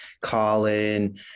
Colin